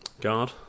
guard